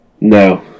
No